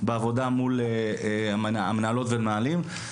בעבודה מול המנהלות והמנהלים.